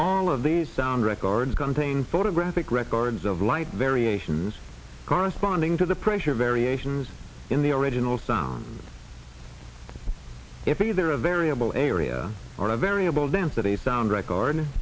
all of the sound records gun thing photographic records of light variations corresponding to the pressure variations in the original sound if either a variable area or a variable density sound record